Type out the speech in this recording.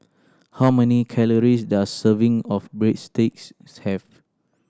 how many calories does a serving of Breadsticks have